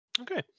Okay